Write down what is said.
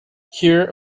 here